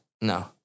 No